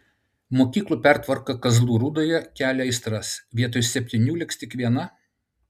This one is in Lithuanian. mokyklų pertvarka kazlų rūdoje kelia aistras vietoj septynių liks tik viena